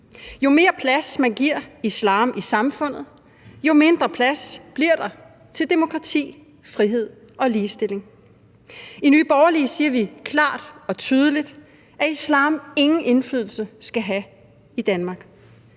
Jo mere plads man giver islam i samfundet, jo mindre plads bliver der til demokrati, frihed og ligestilling. I Nye Borgerlige siger vi klart og tydeligt, at islam ingen indflydelse skal have i Danmark.